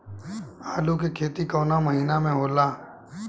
आलू के खेती कवना महीना में होला?